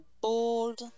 bold